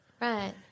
Right